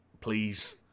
please